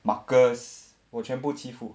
marcus 我全部欺负